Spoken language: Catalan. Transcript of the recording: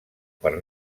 per